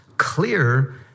clear